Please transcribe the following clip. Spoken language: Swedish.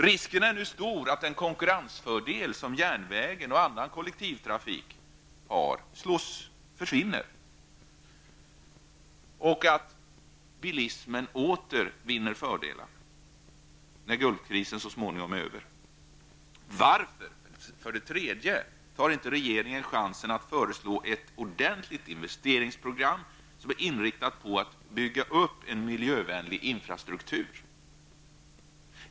Risken är nu stor att den konkurrensfördel som järnvägen och annan kollektivtrafik har försvinner och att bilismen åter vinner fördelar när Gulfkrisen så småningom är över. För det tredje: Varför tar regeringen inte chansen att föreslå ett ordentligt investeringsprogram som är inriktat på att bygga upp en miljövänlig infrastruktur?